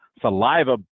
Saliva